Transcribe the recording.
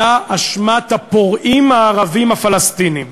אלא אשמת הפורעים הערבים הפלסטינים.